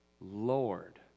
Lord